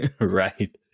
Right